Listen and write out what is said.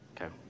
Okay